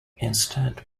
instead